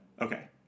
Okay